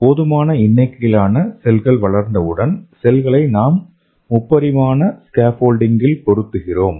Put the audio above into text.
போதுமான எண்ணிக்கையிலான செல்கள் வளர்ந்தவுடன் செல்களை நாம் முப்பரிமாண ஸ்கேஃபோல்டிங்கில் பொறுத்துகிறோம்